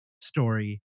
story